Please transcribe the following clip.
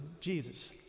Jesus